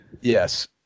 Yes